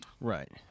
Right